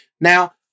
Now